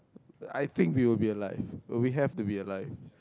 I think will be like will be have to be like